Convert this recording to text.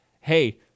hey